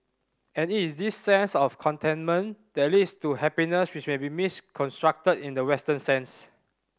and it is this sense of contentment that leads to happiness which may be misconstrued in the Western sense